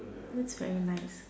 feels very nice